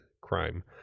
crime